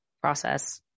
process